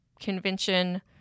convention